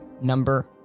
number